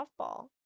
softball